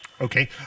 Okay